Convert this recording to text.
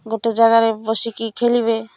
ଗୋଟେ ଜାଗାରେ ବସିକି ଖେଳିବେ